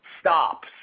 stop